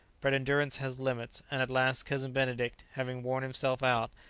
but endurance has limits, and at last cousin benedict, having worn himself out,